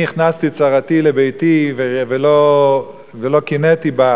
אני הכנסתי את צרתי לביתי ולא קינאתי בה,